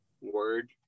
word